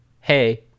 hey